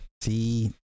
See